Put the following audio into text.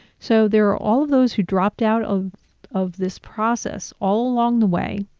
so there are all those who dropped out of of this process all along the way,